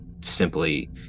simply